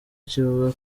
kivuga